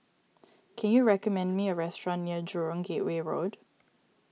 can you recommend me a restaurant near Jurong Gateway Road